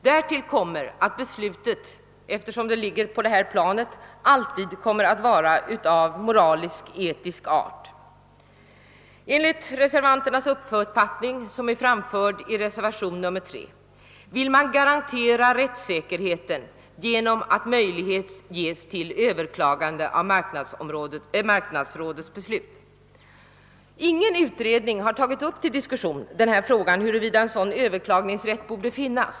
Därtill kommer att beslutet, ef tersom det ligger på detta plan, alltid kommer att vara av moralisk-etisk art. Enligt den uppfattning som vi reservanter framför i reservationen III skall rättssäkerheten garanteras genom att möjlighet ges till överklagande av marknadsrådets beslut. Ingen utredning har till diskussion tagit upp frågan huruvida en sådan överklagningsrätt borde finnas.